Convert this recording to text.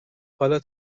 حالا